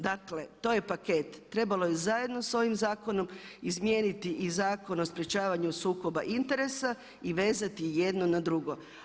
Dakle to je paket, trebalo je zajedno s ovim zakonom izmijeniti i Zakon o sprječavanju sukoba interesa i vezati jedno na drugo.